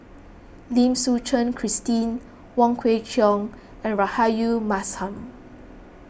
Lim Suchen Christine Wong Kwei Cheong and Rahayu Mahzam